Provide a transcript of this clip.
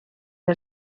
del